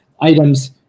items